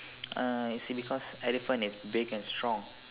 uh see because elephant is big and strong